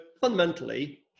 fundamentally